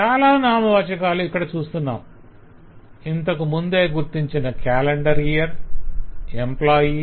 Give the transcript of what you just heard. చాల నామవాచకాలు ఇక్కడ చూస్తున్నాం ఇంతకుముందే గుర్తించిన 'calendar year' calendar year 'employee' employee